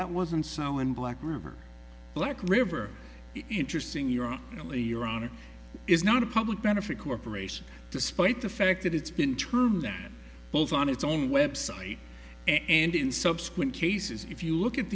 that wasn't so in black river black river interesting you're on you know a year on it is not a public benefit corporation despite the fact that it's been termed them both on its own website and in subsequent cases if you look at